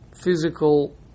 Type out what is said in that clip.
physical